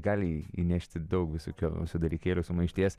gali įnešti daug visokiausių dalykėlių sumaišties